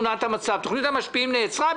בתוכניות לעתודה בכירה.